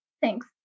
Thanks